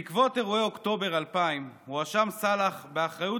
בעקבות אירועי אוקטובר 2000 הואשם סלאח באחריות